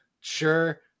Sure